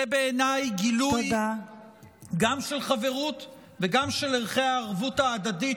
זה בעיניי גילוי גם של חברות וגם של ערכי הערבות ההדדית